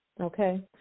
Okay